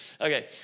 Okay